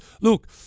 Look